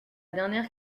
dernière